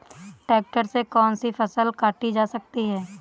Tractor से कौन सी फसल काटी जा सकती हैं?